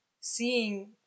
seeing